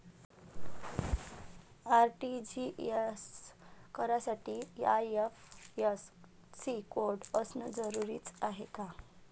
RTGS करासाठी IFSC code असनं जरुरीच हाय का?